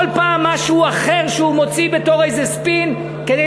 כל פעם משהו אחר שהוא מוציא בתור איזה ספין כדי